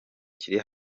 kiri